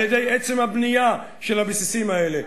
על-ידי עצם הבנייה של הבסיסים האלה.